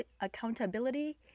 accountability